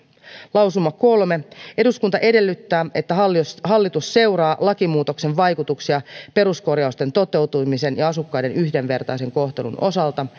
lausuma kolme eduskunta edellyttää että hallitus hallitus seuraa lakimuutoksen vaikutuksia peruskorjausten toteutumisen ja asukkaiden yhdenvertaisen kohtelun osalta